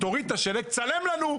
תוריד אותו ותצלם לנו.